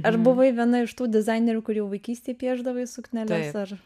ar buvai viena iš tų dizainerių kur jau vaikystėj piešdavai sukneles ar